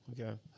okay